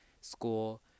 school